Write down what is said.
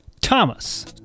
Thomas